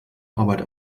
arbeit